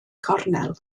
cornel